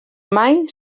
mai